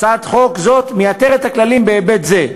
הצעת חוק זו מייתרת את הכללים בהיבט זה.